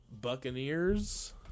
Buccaneers